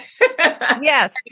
Yes